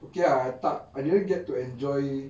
okay ah I tak I didn't get to enjoy